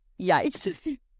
yikes